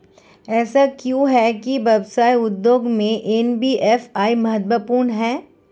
ऐसा क्यों है कि व्यवसाय उद्योग में एन.बी.एफ.आई महत्वपूर्ण है?